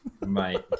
mate